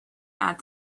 add